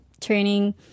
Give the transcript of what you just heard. training